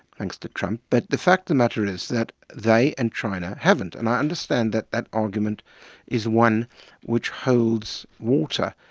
thanks to trump, but the fact of the matter is that they and china haven't. and i understand that that argument is one which holds water.